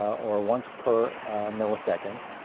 or once per millisecond.